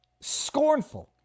Scornful